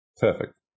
Perfect